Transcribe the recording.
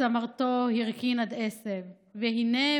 את צמרתו הרכין עד עשב / והינה,